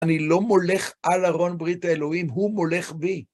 אני לא מולך על ארון ברית האלוהים, הוא מולך בי.